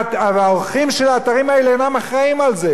והעורכים של האתרים האלה אינם אחראים לזה.